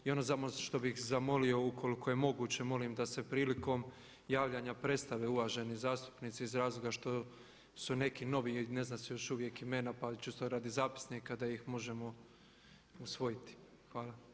I ono samo što bih zamolio ukoliko je moguće molim da se prilikom javljanja predstave uvaženi zastupnici iz razloga što su neki novi i ne znaju se još uvijek imena pa čisto radi zapisnika da ih možemo usvojiti.